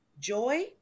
joy